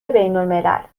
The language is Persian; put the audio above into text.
بینالملل